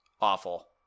Awful